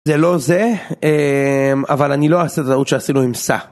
זה לא זה, אבל אני לא אעשה את הטעות שעשינו עם שא.